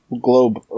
globe